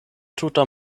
tuta